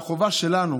החובה שלנו